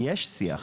יש שיח.